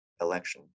election